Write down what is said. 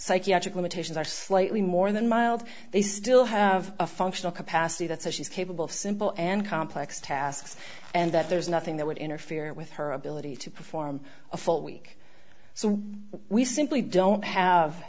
psychiatric limitations are slightly more than mild they still have a functional capacity that says she's capable of simple and complex tasks and that there's nothing that would interfere with her ability to perform a full week so we simply don't have